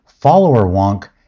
FollowerWonk